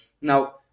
Now